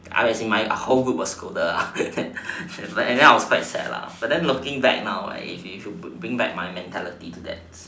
I as in my whole group was scolded lah and then I was quite sad but looking back now ah it bring back my mentality to that